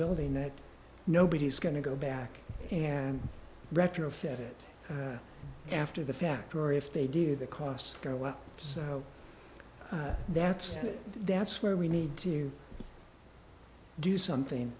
building that nobody's going to go back and retrofit it after the fact or if they do the cost go well so that's that's where we need to do something